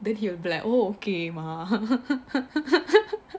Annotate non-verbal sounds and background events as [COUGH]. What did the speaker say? then he will be like okay mah [LAUGHS]